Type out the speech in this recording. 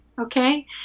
Okay